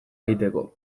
egiteko